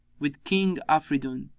with king afridun,